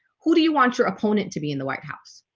who do you want your opponent to be in the white house?